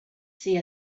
see